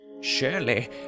Surely